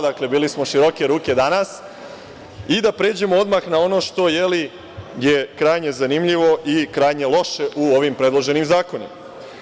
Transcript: Dakle, bili smo široke ruke danas i da pređemo dakle odmah na ono što je krajnje zanimljivo i krajnje loše u ovim predloženim zakonima.